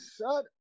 Shut